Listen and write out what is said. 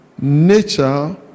nature